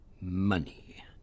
Money